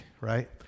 right